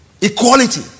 equality